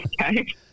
Okay